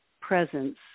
presence